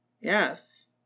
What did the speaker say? Yes